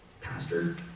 Pastor